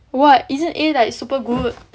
what isn't A like super good